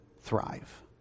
thrive